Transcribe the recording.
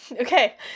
okay